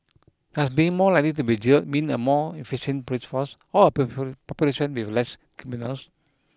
does being more likely to be jailed mean a more efficient police force or a population with less criminals